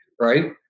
right